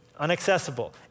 Unaccessible